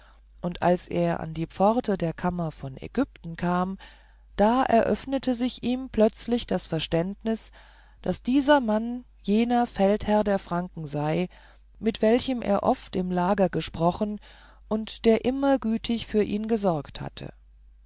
und als er an die pforte der kammer von ägypten kam da eröffnete sich ihm plötzlich das verständnis daß dieser mann jener feldherr der franken sei mit welchem er oft im lager gesprochen und der immer gütig für ihn gesorgt hatte